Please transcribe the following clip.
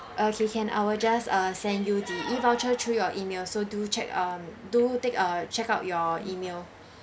okay can I'll will just uh send you the e voucher through your email so do check um do take a check out your email